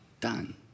done